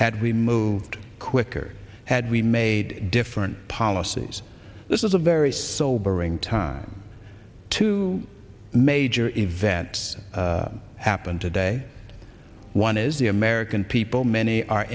we moved quicker had we made different policies this is a very sobering time two major events happen today one is the american people many are